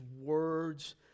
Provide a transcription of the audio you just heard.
words